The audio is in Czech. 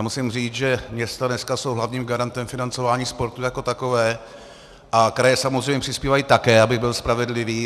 Musím říct, že města dneska jsou hlavním garantem financování sportu jako takového a kraje samozřejmě přispívají také, abych byl spravedlivý.